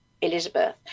Elizabeth